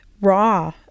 raw